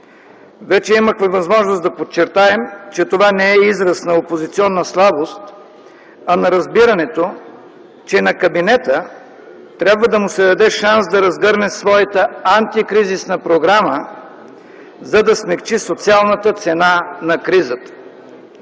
Вече имахме възможност да подчертаем, че това не е израз на опозиционна слабост, а на разбирането, че на кабинета трябва да му се даде шанс да разгърне своята антикризисна програма, за да смекчи социалната цена на кризата.